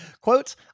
Quote